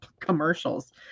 commercials